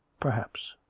perhaps.